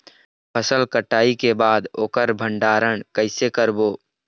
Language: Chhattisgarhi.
फसल कटाई के बाद ओकर भंडारण कइसे करबो?